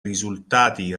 risultati